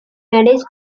marriage